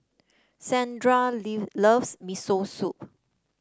Shandra loves Miso Soup